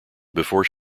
before